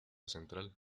central